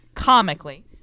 Comically